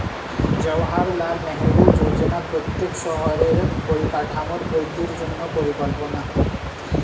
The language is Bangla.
জাওহারলাল নেহেরু যোজনা প্রত্যেক শহরের পরিকাঠামোর বৃদ্ধির জন্য পরিকল্পনা